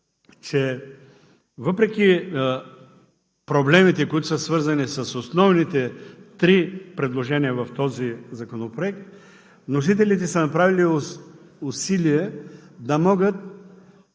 че въпреки проблемите, които са свързани с основните три предложения в този законопроект, вносителите са направили усилие да могат